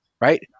Right